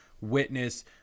witness –